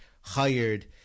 hired